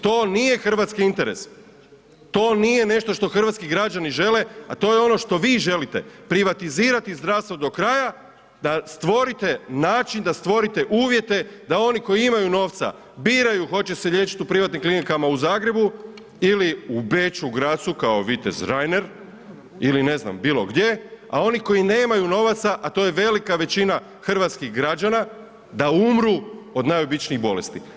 To nije hrvatski interes, to nije nešto što hrvatski građani žele, a to je ono što vi želite privatizirati zdravstvo do kraja da stvorite način, da stvorite uvjete da oni koji imaju novca biraju hoće se liječiti u privatnim klinikama u Zagrebu ili u Beču, Grazu kao vitez Reiner ili ne znam bilo gdje, a oni koji nemaju novaca, a to je velika većina hrvatskih građana da umru od najobičnijih bolesti.